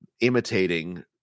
imitating